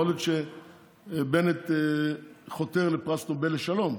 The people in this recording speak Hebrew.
יכול להיות שבנט חותר לפרס נובל לשלום,